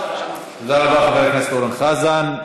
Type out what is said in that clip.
תודה רבה לחבר הכנסת אורן חזן.